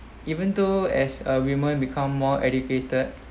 even though as a women become more educated